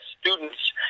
students